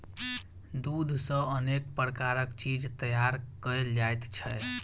दूध सॅ अनेक प्रकारक चीज तैयार कयल जाइत छै